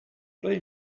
play